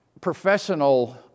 professional